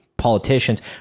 politicians